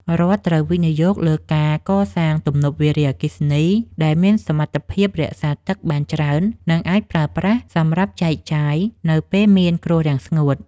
រដ្ឋត្រូវវិនិយោគលើការកសាងទំនប់វារីអគ្គិសនីដែលមានសមត្ថភាពរក្សាទឹកបានច្រើន និងអាចប្រើប្រាស់សម្រាប់ចែកចាយនៅពេលមានគ្រោះរាំងស្ងួត។